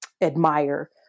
admire